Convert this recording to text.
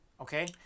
Okay